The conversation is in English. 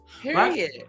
Period